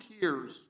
tears